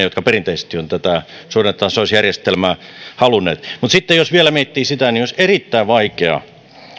jotka perinteisesti ovat tätä suhdannetasausjärjestelmää halunneet olisivat yksin lähteneet siihen mutta sitten jos vielä miettii sitä niin olisi erittäin vaikeaa